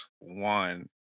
one